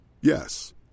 Yes